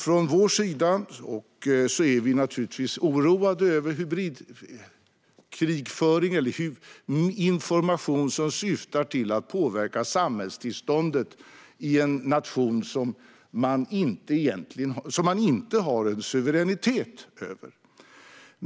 Från vår sida är vi naturligtvis oroade över hybridkrigföring eller information som syftar till att påverka samhällstillståndet i en nation som man inte har suveränitet över.